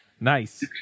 nice